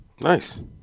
Nice